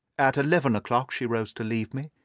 at eleven o'clock she rose to leave me,